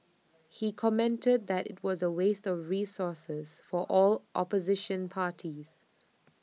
he commented that IT was A waste resources for all opposition parties